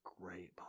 great